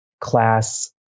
class